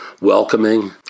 welcoming